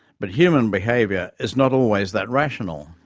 but human behaviour is not always that rational.